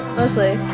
mostly